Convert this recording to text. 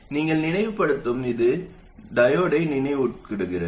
நீங்கள் நினைவுபடுத்தும் இது டையோடை நினைவூட்டுகிறது